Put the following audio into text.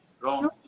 Wrong